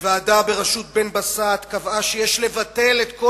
וועדה בראשות בן-בסט קבעה שיש לבטל את כל